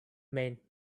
may